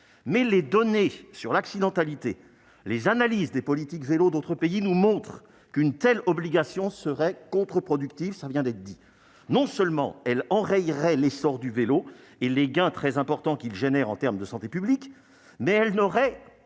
mais les données sur l'accidentalité et les analyses des politiques en matière de vélo dans les autres pays nous montrent qu'une telle obligation serait contre-productive. Non seulement elle enrayerait l'essor du vélo et les gains très importants auxquels il conduit en termes de santé publique, mais elle n'aurait